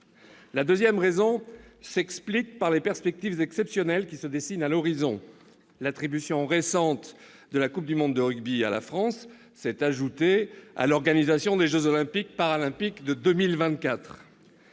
La deuxième raison s'explique par les perspectives exceptionnelles qui se dessinent à l'horizon. L'attribution récente de la coupe du monde de rugby à la France s'est ajoutée à l'organisation des jeux Olympiques et Paralympiques de 2024.